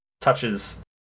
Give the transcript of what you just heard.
touches